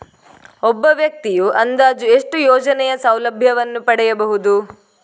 ಒಬ್ಬ ವ್ಯಕ್ತಿಯು ಅಂದಾಜು ಎಷ್ಟು ಯೋಜನೆಯ ಸೌಲಭ್ಯವನ್ನು ಪಡೆಯಬಹುದು?